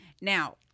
Now